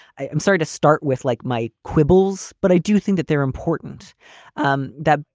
i'm sorry to start with like my quibbles, but i do think that they're important um that